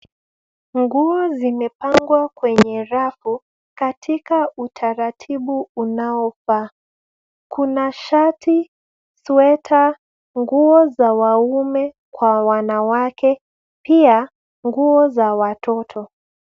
Nguo zimepangwa kwenye rafu katika utaratibu unaofaa. Kuna shati, sweta, nguo za waume kwa wanawake, pia nguo za watoto.